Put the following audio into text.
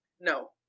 No